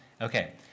Okay